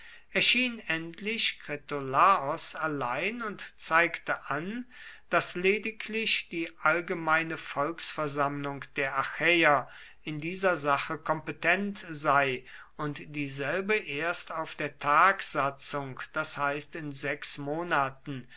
erschien endlich kritolaos allein und zeigte an daß lediglich die allgemeine volksversammlung der achäer in dieser sache kompetent sei und dieselbe erst auf der tagsatzung das heißt in sechs monaten